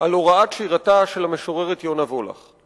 על הוראת שירתה של המשוררת יונה וולך.